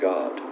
God